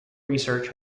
research